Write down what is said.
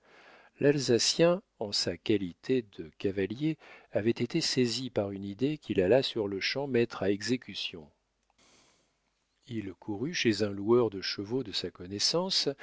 l'alsacien en sa qualité de cavalier avait été saisi par une idée qu'il alla sur-le-champ mettre à exécution il courut chez un loueur de chevaux de sa connaissance